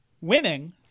winning